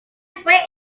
fue